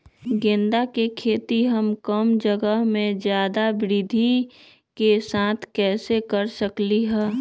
गेंदा के खेती हम कम जगह में ज्यादा वृद्धि के साथ कैसे कर सकली ह?